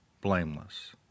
blameless